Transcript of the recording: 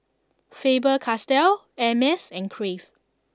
Faber Castell Hermes and Crave